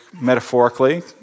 metaphorically